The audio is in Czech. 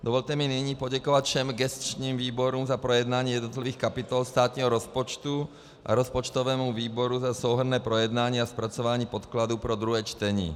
Dovolte mi nyní poděkovat všem gesčním výborům za projednání jednotlivých kapitol státního rozpočtu a rozpočtovému výboru za souhrnné projednání a zpracování podkladů pro druhé čtení.